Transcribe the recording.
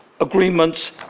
agreements